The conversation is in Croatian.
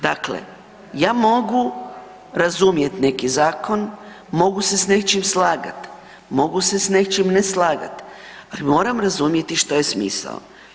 Dakle, ja mogu razumjeti neki zakon, mogu se s nečim slagat, mogu se s nečim ne slagat, ali moram razumjeti što je smisao.